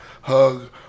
hug